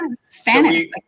Spanish